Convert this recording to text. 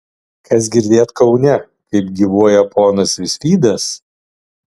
kas girdėt kaune kaip gyvuoja ponas visvydas